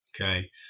Okay